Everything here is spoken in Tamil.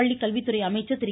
பள்ளிக்கல்வித்துறை அமைச்சர் திரு